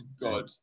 God